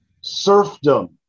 serfdom